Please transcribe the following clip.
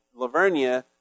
Lavernia